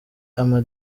ama